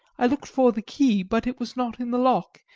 i looked for the key, but it was not in the lock,